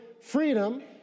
freedom